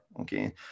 Okay